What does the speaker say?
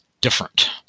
different